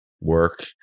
work